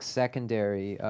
secondary